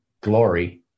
glory